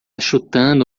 chutando